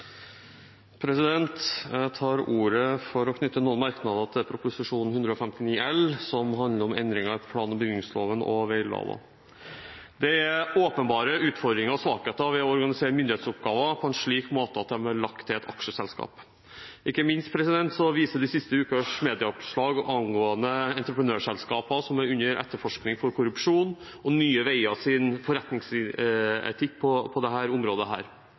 Jeg tar ordet for å knytte noen merknader til Prop. 159 L for 2015–2016, som handler om endringer i plan- og bygningsloven og vegloven. Det er åpenbare utfordringer og svakheter ved å organisere myndighetsoppgaver på en slik måte at de er lagt til et aksjeselskap. Ikke minst viser de siste ukers medieoppslag angående entreprenørselskaper som er under etterforskning for korrupsjon, og Nye Veier AS’ forretningsetikk på dette området, det.